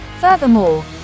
Furthermore